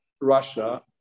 Russia